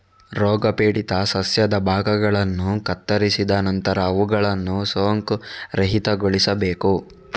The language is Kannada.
ರೋಗಪೀಡಿತ ಸಸ್ಯದ ಭಾಗಗಳನ್ನು ಕತ್ತರಿಸಿದ ನಂತರ ಅವುಗಳನ್ನು ಸೋಂಕುರಹಿತಗೊಳಿಸಬೇಕು